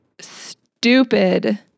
stupid